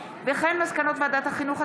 מסקנות ועדת החינוך,